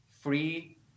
free